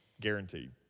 guaranteed